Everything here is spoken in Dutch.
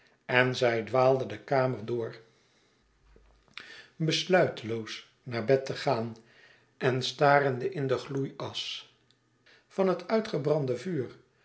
en zij dwaalde de kamer door besluiteloos naar bed te gaan en starende in de gloei asch van het uitgebrande vuur